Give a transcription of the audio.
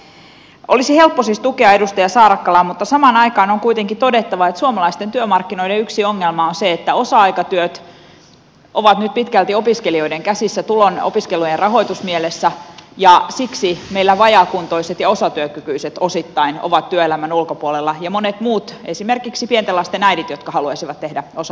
olisi helppo siis tukea edustaja saarakkalaa mutta samaan aikaan on kuitenkin todettava että suomalaisten työmarkkinoiden yksi ongelma on se että osa aikatyöt ovat nyt pitkälti opiskelijoiden käsissä opiskelujen rahoitusmielessä ja siksi meillä vajaakuntoiset ja osatyökykyiset osittain ovat työelämän ulkopuolella ja monet muut esimerkiksi pienten lasten äidit jotka haluaisivat tehdä osa aikatyötä